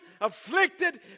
afflicted